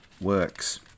works